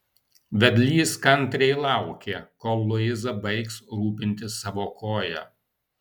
vedlys kantriai laukė kol luiza baigs rūpintis savo koja